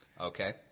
Okay